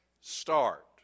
start